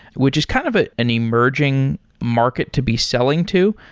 which is kind of ah an emerging market to be selling to.